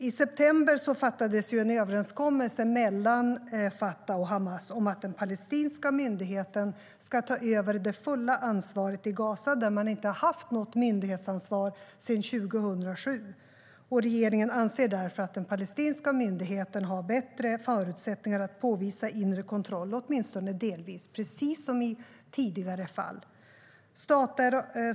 I september träffades en överenskommelse mellan Fatah och Hamas om att den palestinska myndigheten ska ta över det fulla ansvaret i Gaza, där man inte haft något myndighetsansvar sedan 2007. Regeringen anser därför att den palestinska myndigheten har bättre förutsättningar att påvisa inre kontroll, åtminstone delvis, precis som i tidigare fall.